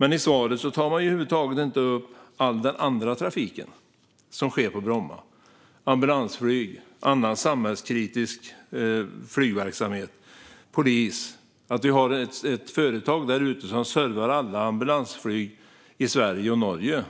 Men i svaret tar man över huvud taget inte upp all annan trafik som sker på Bromma: ambulansflyg, annan samhällskritisk flygverksamhet och polis. Det finns ett företag där ute som servar alla ambulansflyg i Sverige och Norge.